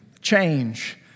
change